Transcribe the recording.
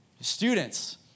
students